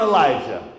Elijah